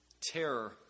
terror